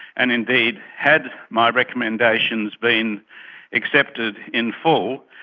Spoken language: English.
and indeed had my recommendations been accepted in full,